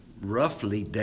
roughly